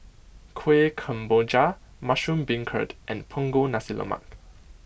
Kuih Kemboja Mushroom Beancurd and Punggol Nasi Lemak